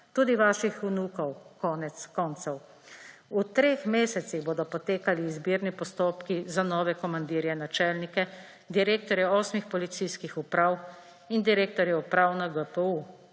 tudi vaših vnukov konec koncev. V treh mesecih bodo potekali izbirni postopki za nove komandirje, načelnike, direktorje osmih policijskih uprav in direktorjev uprav na GPU.